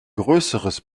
größeres